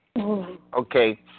Okay